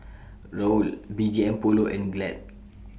Raoul B G M Polo and Glad